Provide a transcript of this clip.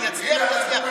יצליח, יצליח.